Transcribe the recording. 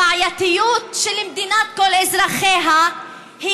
הבעייתיות של מדינת כל אזרחיה היא